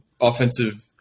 offensive